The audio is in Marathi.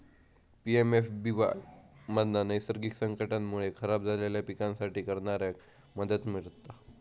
पी.एम.एफ.बी.वाय मधना नैसर्गिक संकटांमुळे खराब झालेल्या पिकांसाठी करणाऱ्याक मदत मिळता